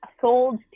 sold